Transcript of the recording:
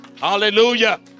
Hallelujah